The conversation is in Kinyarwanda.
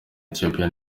ethiopia